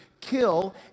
kill